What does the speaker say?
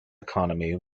economy